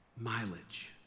Mileage